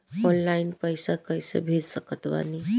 Online पैसा कैसे भेज सकत बानी?